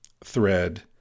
thread